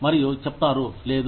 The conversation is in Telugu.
మరియు చెప్తారు లేదు